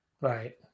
Right